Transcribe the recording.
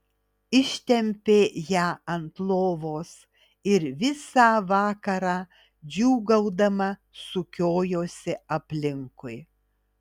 ištempė ją ant lovos ir visą vakarą džiūgaudama sukiojosi aplinkui